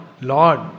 Lord